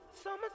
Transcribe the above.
Summer